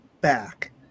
back